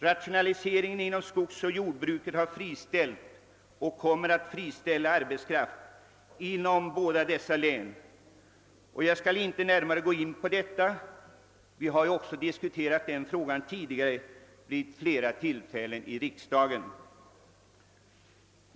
Rationaliseringen inom skogsoch jordbruket har friställt och kommer att friställa arbetskraft inom såväl Västerbottens som Norrbottens län. Jag skall emellertid inte närmare gå in på detta; vi har diskuterat det tidigare vid flera tillfällen i riksdagen.